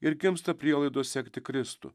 ir gimsta prielaidos sekti kristų